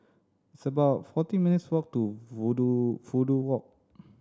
it's about forty minutes' walk to Fudu Fudu Walk